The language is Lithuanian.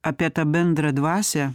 apie tą bendrą dvasią